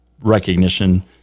recognition